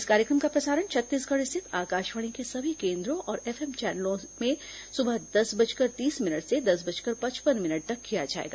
इस कार्यक्रम का प्रसारण छत्तीसगढ़ स्थित आकाशवाणी के सभी केन्द्रों और एफ एम चैनलों से सुबह दस बजकर तीस मिनट से दस बजकर पचपन मिनट तक किया जाएगा